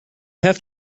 have